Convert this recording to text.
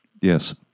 Yes